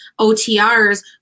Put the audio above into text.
OTRs